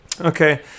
Okay